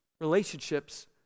relationships